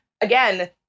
again